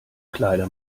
kleider